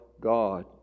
God